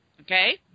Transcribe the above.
Okay